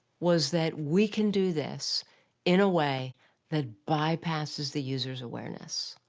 was that, we can do this in a way that bypasses the users' awareness.